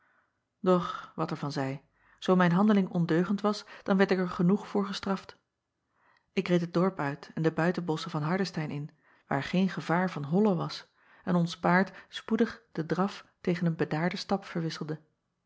doch wat er van zij zoo mijn handeling ondeugend was dan werd ik er genoeg voor gestraft acob van ennep laasje evenster delen k reed het dorp uit en de buitenbosschen van ardestein in waar geen gevaar van hollen was en ons paard spoedig den draf tegen een bedaarden stap verwisselde